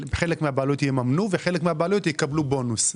חלק מהבעלות יממנו וחלק מהבעלות יקבלו בונוס?